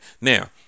Now